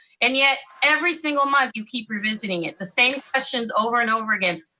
and yet every single month you keep revisiting it. the same questions over and over again.